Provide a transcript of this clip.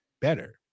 better